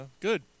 good